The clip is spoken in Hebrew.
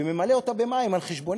וממלא אותה במים על חשבוננו,